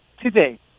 today